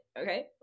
okay